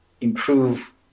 improve